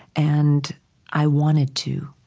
and i wanted to,